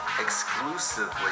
exclusively